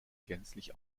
gänzlich